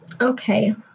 Okay